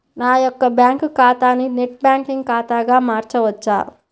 నా యొక్క బ్యాంకు ఖాతాని నెట్ బ్యాంకింగ్ ఖాతాగా మార్చవచ్చా?